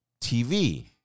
TV